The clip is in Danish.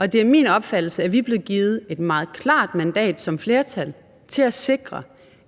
Det er min opfattelse, at vi er blevet givet et meget klart mandat som flertal til at sikre,